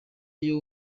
iyo